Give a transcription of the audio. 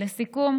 לסיכום,